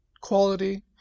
quality